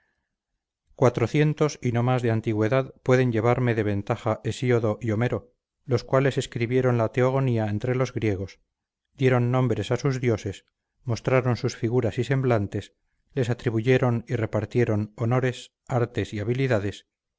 cuatrocientos y no más de antigüedad pueden llevarme de ventaja hesiodo y homero los cuales escribieron la teogonía entre los griegos dieron nombres a sus dioses mostraron sus figuras y semblantes les atribuyeron y repartieron honores artes y habilidades